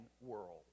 world